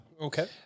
Okay